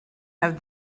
have